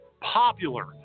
popular